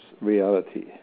reality